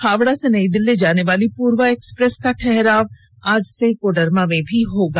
हावड़ा से नई दिल्ली जाने वाली पूर्वा एक्सप्रेस का ठहराव आज से कोडरमा में भी होगा